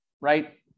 right